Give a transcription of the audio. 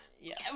yes